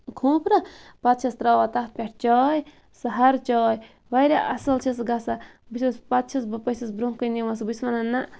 کھوٗپرٕ پَتہٕ چھَس تراوان تتھ پٮ۪ٹھ چاے سُہ ۂر چاے واریاہ اصٕل چھ سۄ گَژھان بہٕ چھَس پَتہٕ چھَس بہٕ پٔژھِس برونٛہہ کٔنۍ نِوان سۄ بہٕ چھَس وَنان نہَ